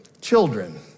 Children